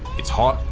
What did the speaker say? it's hot,